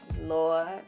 Lord